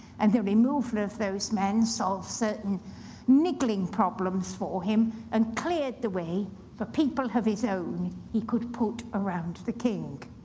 and the removal of those men solved certain niggling problems for him and cleared the way for people of his own he could put around the king.